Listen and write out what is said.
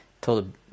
Told